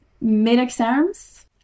mid-exams